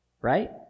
Right